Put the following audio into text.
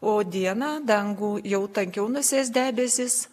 o dieną dangų jau tankiau nusės debesys